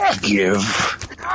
Give